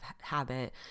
habit